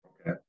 Okay